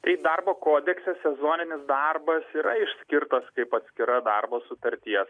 tai darbo kodekse sezoninis darbas yra išskirtas kaip atskira darbo sutarties